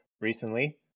recently